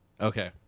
okay